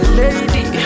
lady